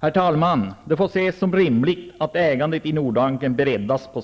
Herr talman! Det får ses som rimligt att ägandet i Nordbanken på sikt breddas.